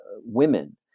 women